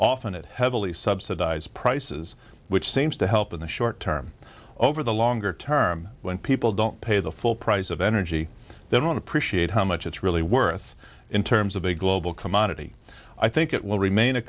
often it heavily subsidized prices which seems to help in the short term over the longer term when people don't pay the full price of energy then appreciate how much it's really worth in terms of a global commodity i think it will remain a